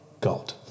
God